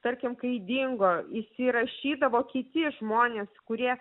tarkim kai dingo įsirašydavo kiti žmonės kurie